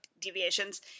deviations